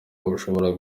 bushobora